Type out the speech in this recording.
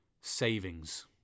Savings